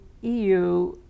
EU